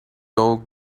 talk